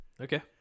Okay